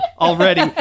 Already